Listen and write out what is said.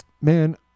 man